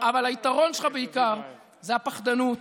אבל היתרון שלך בעיקר זה הפחדנות